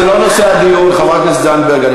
סליחה, זה לא נושא הדיון, חברת הכנסת זנדברג.